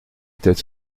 était